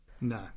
No